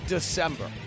December